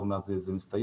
עוד מעט זה מסתיים,